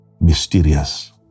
mysterious